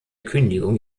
kündigung